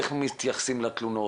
איך מתייחסים לתלונות,